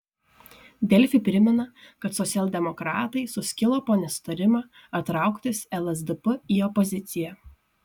delfi primena kad socialdemokratai suskilo po nesutarimą ar trauktis lsdp į opoziciją